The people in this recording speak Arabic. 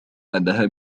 أنها